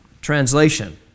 translation